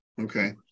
Okay